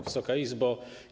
Wysoka Izbo!